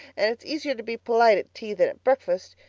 and it's easier to be p'lite at tea than at breakfast.